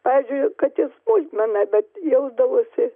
pavyzdžiui kad ir smulkmena bet jausdavausi